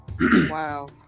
Wow